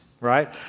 right